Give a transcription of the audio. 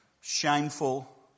shameful